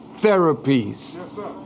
therapies